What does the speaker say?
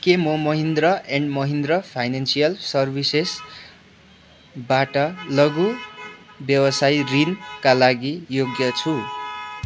के म Mahindra and Mahindra financial सर्भिसेसबाट लघु व्यवसाय ऋणका लागि योग्य छु